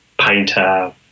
painter